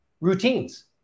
routines